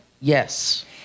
Yes